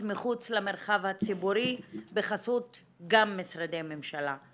מחוץ למרחב הציבורי בחסות גם משרדי ממשלה.